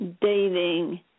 dating